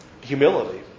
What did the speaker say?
humility